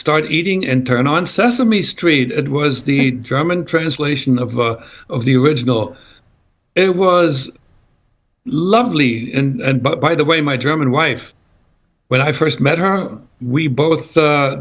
start eating and turn on sesame street it was the german translation of the of the original it was lovely and but by the way my german wife when i first met her we both